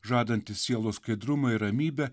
žadantis sielos skaidrumą ramybę